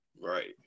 right